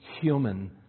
human